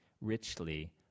richly